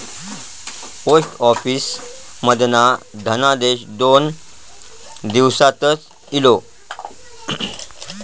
post office मधना धनादेश दोन दिवसातच इलो